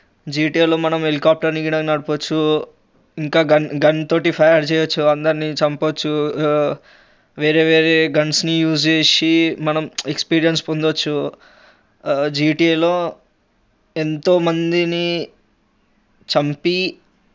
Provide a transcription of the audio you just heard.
జిటిఏలో మనం హెలికాప్టర్ని కూడా నడపొచ్చు ఇంకా గన్ గన్తో ఫైర్ చేయొచ్చు అందర్నీ చంపొచ్చు వేరే వేరే గన్స్ని మనం యూస్ చేసి ఎక్స్పీరియన్స్ పొందొచ్చు జిటిఏలో ఎంతోమందిని చంపి